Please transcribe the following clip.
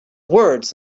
words